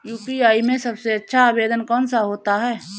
UPI में सबसे अच्छा आवेदन कौन सा होता है?